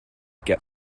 get